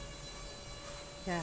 ya